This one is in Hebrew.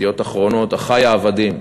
ב"ידיעות אחרונות" "אחי העבדים".